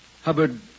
Hubbard